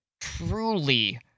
truly